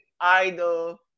Idol